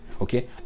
okay